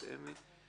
את אמי פלמור.